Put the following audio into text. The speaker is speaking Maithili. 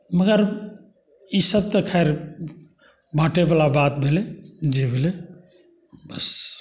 मगर ईसभ तऽ खैर बाँटयवला बात भेलै जे भेलै बस